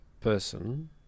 person